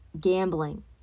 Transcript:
gambling